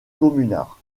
communards